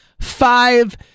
five